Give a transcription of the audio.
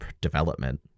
development